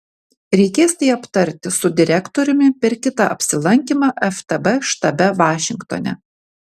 reikės tai aptarti su direktoriumi per kitą apsilankymą ftb štabe vašingtone